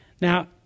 Now